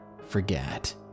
forget